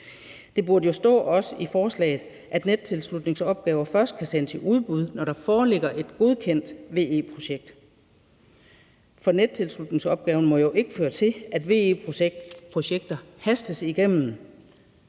Det burde også stå i forslaget, at nettilslutningsopgaver først kan sendes i udbud, når der foreligger et godkendt VE-projekt, for nettilslutningsopgaven må jo ikke føre til, at VE-projekter hastes igennem,